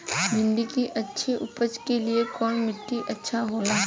भिंडी की अच्छी उपज के लिए कवन मिट्टी अच्छा होला?